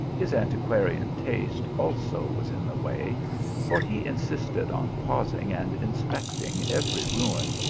his anti quarian taste also was in the way for he insisted on pausing and inspecting every ruin,